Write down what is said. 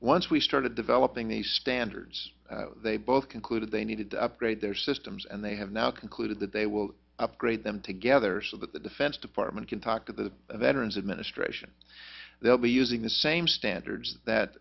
once we started developing the standards they both concluded they needed to upgrade their systems and they have now concluded that they will upgrade them together so that the defense depart one could talk to the veterans administration they'll be using the same standards that